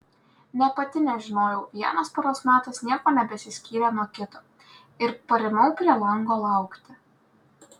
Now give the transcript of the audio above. nė pati nežinojau vienas paros metas niekuo nebesiskyrė nuo kito ir parimau prie lango laukti